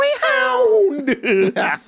hound